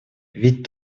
ведь